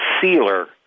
sealer